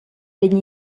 vegn